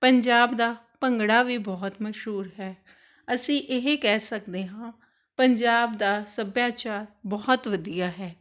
ਪੰਜਾਬ ਦਾ ਭੰਗੜਾ ਵੀ ਬਹੁਤ ਮਸ਼ਹੂਰ ਹੈ ਅਸੀਂ ਇਹ ਕਹਿ ਸਕਦੇ ਹਾਂ ਪੰਜਾਬ ਦਾ ਸੱਭਿਆਚਾਰ ਬਹੁਤ ਵਧੀਆ ਹੈ